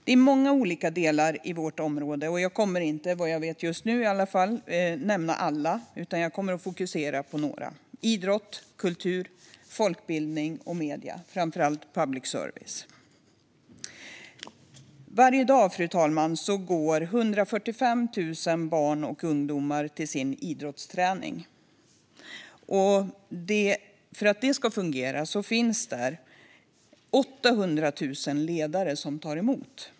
Det är många olika delar i detta område, och jag kommer inte, vad jag vet just nu i alla fall, att nämna alla, utan jag kommer att fokusera på idrott, kultur, folkbildning och medier, framför allt public service. Fru talman! Varje dag går 145 000 barn och ungdomar till sin idrottsträning. Och för att det ska fungera finns där 800 000 ledare som tar emot.